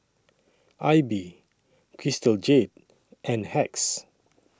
AIBI Crystal Jade and Hacks